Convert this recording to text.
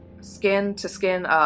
skin-to-skin